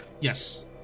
Yes